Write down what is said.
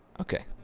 Okay